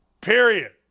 Period